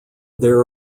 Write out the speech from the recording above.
there